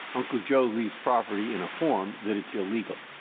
uncle joe leaves property in a form that it's illegal